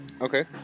okay